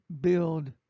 build